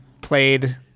played